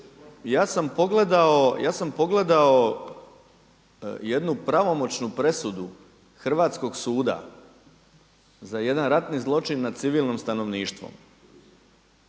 ja sam pogledao jednu pravomoćnu presudu hrvatskog suda za jedan ratni zločin nad civilnim stanovništvom.